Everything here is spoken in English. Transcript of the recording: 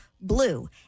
blue